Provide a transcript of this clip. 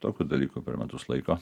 kitokių dalykų per metus laiko